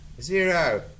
zero